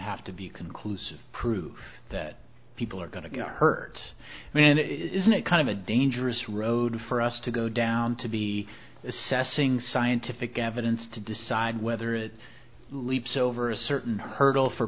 have to be conclusive proof that people are going to get hurt and it isn't a kind of a dangerous road for us to go down to be assessing scientific evidence to decide whether it leaps over a certain hurdle for